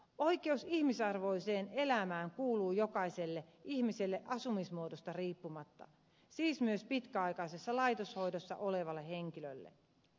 oikeus ihmisarvoiseen elämään kuuluu jokaiselle ihmiselle asumismuodosta riippumatta siis myös pitkäaikaisessa laitoshoidossa olevalle henkilölle